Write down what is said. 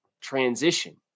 transition